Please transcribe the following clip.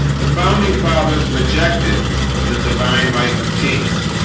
the founding fathers rejected the divine right of kings